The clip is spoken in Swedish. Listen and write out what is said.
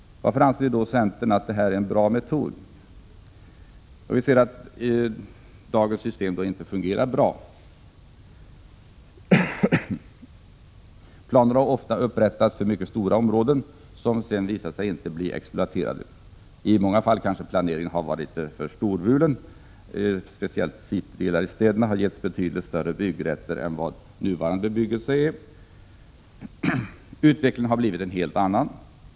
Varför anser centern att detta är en bra metod? Jo, vi ser att dagens system inte fungerar bra. Planer har ofta upprättats för mycket stora områden, som sedan visat sig inte bli exploaterade. I många fall kanske planeringen har varit för ”storvulen”. Speciellt citydelar i städerna har getts betydligt större byggrätter än som utnyttjats för nuvarande bebyggelse. Utvecklingen har blivit en helt annan.